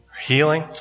healing